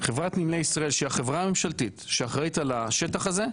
חברת נמלי ישראל שהיא החברה הממשלתית שהיא אחראית על השטח הזה,